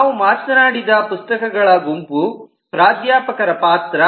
ನಾವು ಮಾತನಾಡಿದ ಪುಸ್ತಕಗಳ ಗುಂಪು ಪ್ರಾಧ್ಯಾಪಕರ ಪಾತ್ರ